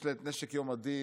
יש לה את נשק יום הדין,